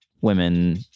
women